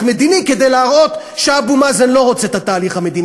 מדיני כדי להראות שאבו מאזן לא רוצה את התהליך המדיני,